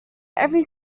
every